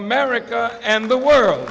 america and the world